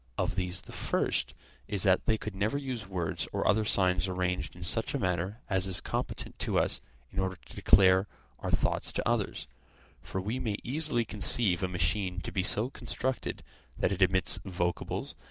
of these the first is that they could never use words or other signs arranged in such a manner as is competent to us in order to declare our thoughts to others for we may easily conceive a machine to be so constructed that it emits vocables,